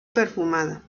perfumada